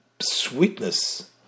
sweetness